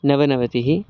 नवनवतिः